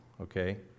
okay